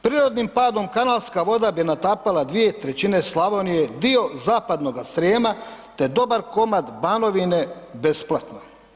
Prirodnim padom kanalska voda bi natapala 2/3 Slavonije, dio Zapadnoga Srijema te dobar komad Banovine besplatno.